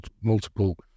multiple